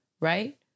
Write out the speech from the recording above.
right